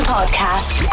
Podcast